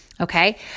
okay